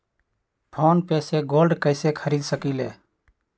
Phone पे से gold कईसे खरीद सकीले?